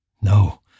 No